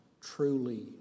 truly